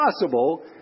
possible